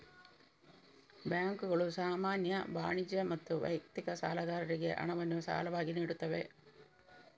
ಬ್ಯಾಂಕುಗಳು ಸಾಮಾನ್ಯ, ವಾಣಿಜ್ಯ ಮತ್ತು ವೈಯಕ್ತಿಕ ಸಾಲಗಾರರಿಗೆ ಹಣವನ್ನು ಸಾಲವಾಗಿ ನೀಡುತ್ತವೆ